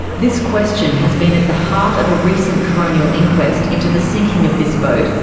this question has been at the heart of a recent coronial inquest into the sinking of this boat,